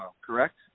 correct